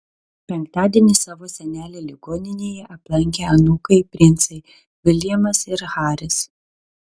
penktadienį savo senelį ligoninėje aplankė anūkai princai viljamas ir haris